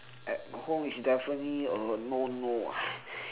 at home is definitely a no no ah